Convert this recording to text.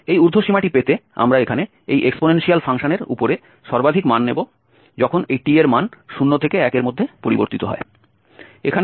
এই ঊর্ধ্ব সীমাটি পেতে আমরা এখানে এই এক্সপোনেনশিয়াল ফাংশনের উপরে সর্বাধিক মান নেব যখন এই t এর মান 0 থেকে 1 এর মধ্যে পরিবর্তিত হয়